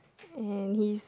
at least